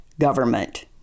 government